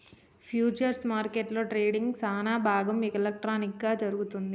futures మార్కెట్లో ట్రేడింగ్లో సానాభాగం ఎలక్ట్రానిక్ గా జరుగుతుంది